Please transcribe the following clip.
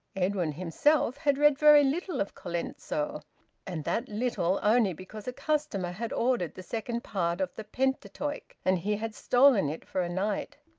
edwin himself had read very little of colenso and that little only because a customer had ordered the second part of the pentateuch and he had stolen it for a night.